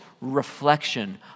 reflection